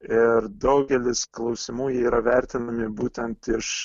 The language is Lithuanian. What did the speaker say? ir daugelis klausimų jie yra vertinami būtent iš